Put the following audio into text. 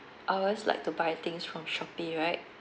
I always like to buy things from Shopee right